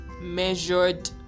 measured